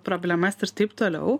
problemas ir taip toliau